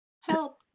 Help